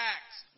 Acts